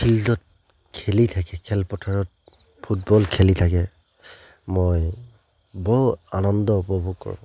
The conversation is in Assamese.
ফিল্ডত খেলি থাকে খেলপথাৰত ফুটবল খেলি থাকে মই বৰ আনন্দ উপভোগ কৰোঁ